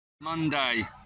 Monday